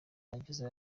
ageze